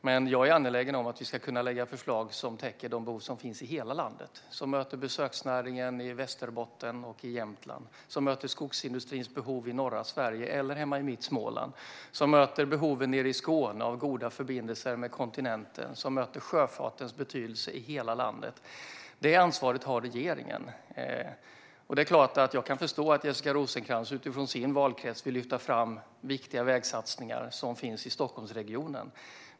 Men jag är angelägen om att vi ska kunna lägga fram förslag som täcker de behov som finns i hela landet - som möter besöksnäringen i Västerbotten och i Jämtland, som möter skogsindustrins behov i norra Sverige eller hemma i mitt Småland, som möter behoven nere i Skåne av goda förbindelser med kontinenten och som möter sjöfartens betydelse i hela landet. Det ansvaret har regeringen. Det är klart att jag kan förstå att Jessica Rosencrantz utifrån sin valkrets vill lyfta fram viktiga vägsatsningar i Stockholmsregionen.